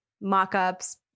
mock-ups